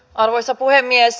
arvoisa puhemies